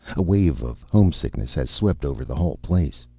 a wave of homesickness has swept over the whole place.